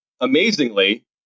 amazingly